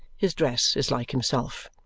his dress is like himself.